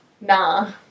Nah